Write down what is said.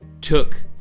took